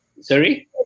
Sorry